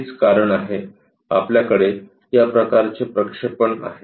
हेच कारण आहे आपल्याकडे या प्रकारचे प्रक्षेपण आहे